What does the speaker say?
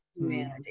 humanity